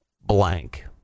blank